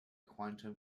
quantum